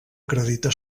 acredita